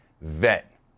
vet